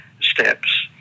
steps